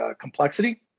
complexity